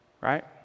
right